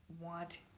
want